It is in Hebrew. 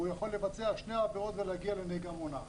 והוא יכול לבצע שתי עבירות ולהגיע לנהיגה מונעת,